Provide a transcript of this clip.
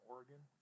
Oregon